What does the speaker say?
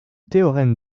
théorème